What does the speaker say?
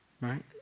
right